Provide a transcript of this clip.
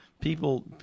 people